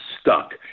stuck